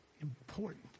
important